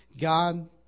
God